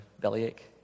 bellyache